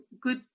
good